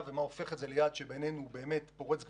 ומה הופך את זה ליעד שבעינינו הוא פורץ גבולות,